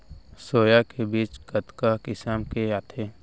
Soya के बीज कतका किसम के आथे?